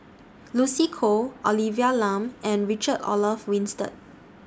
Lucy Koh Olivia Lum and Richard Olaf Winstedt